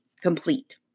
complete